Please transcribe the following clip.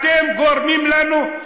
אתם גורמים לנו,